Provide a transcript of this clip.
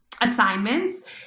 assignments